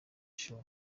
show